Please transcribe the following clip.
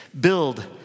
Build